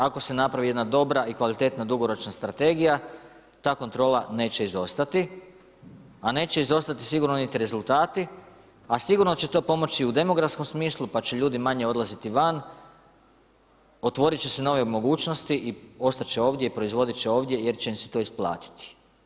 Ako se napravi jedna dobra i kvalitetna dugoročna strategija, ta kontrola neće izostati, a neće izostati sigurno niti rezultati, a sigurno će to pomoći u demografskom smislu, pa će ljudi manje odlaziti van, otvoriti će se nove mogućnosti i ostati će ovdje i proizvoditi će ovdje jer će im se to isplatiti.